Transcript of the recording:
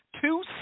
two